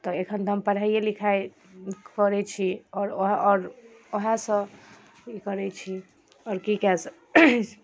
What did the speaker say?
तऽ एखन तऽ हम पढ़ाइए लिखाइ करैत छी आओर ओ आओर ओहे सभ ई करैत छी आओर की कै सकै